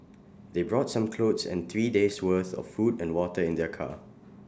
they brought some clothes and three days' worth of food and water in their car